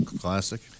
classic